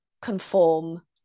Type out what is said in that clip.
conform